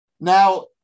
Now